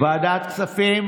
ועדת כספים.